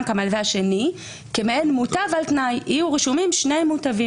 המלווה השני כמעין מוטב על תנאי כך שיהיו רשומים שני מוטבים